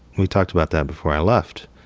we talked about that before i left.